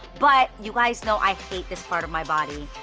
but you guys know i hate this part of my body.